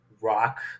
rock